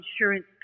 insurance